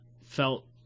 felt